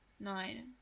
Nine